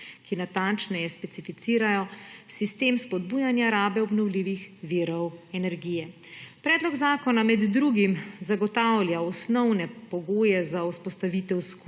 ki natančneje specificirajo sistem spodbujanja rabe obnovljivih virov energije. Predlog zakona med drugim zagotavlja osnovne pogoje za vzpostavitev skupnih